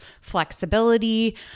flexibility